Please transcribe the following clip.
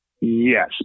Yes